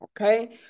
okay